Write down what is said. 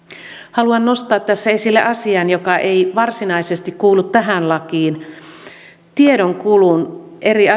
haluan nostaa tässä esille asian joka ei varsinaisesti kuulu tähän lakiin tiedonkulku eri asiantuntijoiden